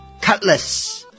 Cutlass